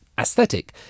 aesthetic